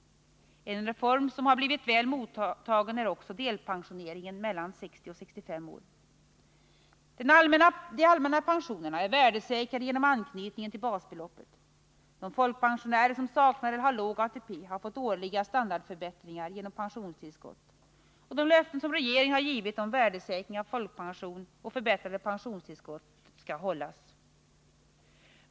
En reform som har blivit väl mottagen är också delpensioneringen mellan 60 och 65 år. De allmänna pensionerna är värdesäkrade genom anknytningen till basbeloppet. De folkpensionärer som saknar eller har låg ATP har fått årliga standardförbättringar genom pensionstillskott. De löften som regeringen har givit om värdesäkring av folkpension och förbättrade pensionstillskott skall hållas.